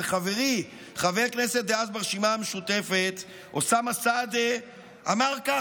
וחברי חבר הכנסת דאז ברשימה המשותפת אוסאמה סעדי אמר כך,